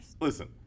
Listen